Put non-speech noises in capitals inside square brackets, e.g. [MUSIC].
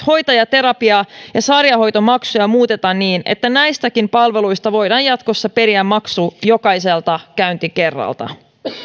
[UNINTELLIGIBLE] hoitaja terapia ja sarjahoitomaksuja muutetaan niin että näistäkin palveluista voidaan jatkossa periä maksu jokaiselta käyntikerralta